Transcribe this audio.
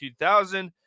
2000